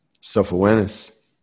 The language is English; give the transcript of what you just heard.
Self-awareness